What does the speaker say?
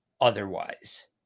otherwise